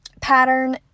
pattern